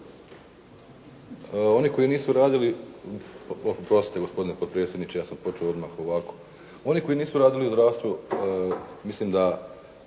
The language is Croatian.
Boro (HDSSB)** Oprostite gospodine potpredsjedniče, ja sam počeo odmah ovako. Oni koji nisu radili u zdravstvu mislim da